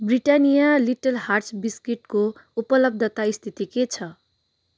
Britannia Little Hearts बिस्किटको उपलब्धता स्थिति के छ